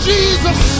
Jesus